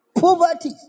Poverty